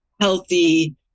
healthy